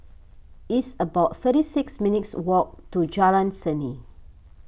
it's about thirty six minutes' walk to Jalan Seni